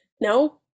no